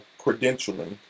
credentialing